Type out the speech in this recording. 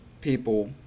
people